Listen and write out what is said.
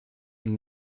und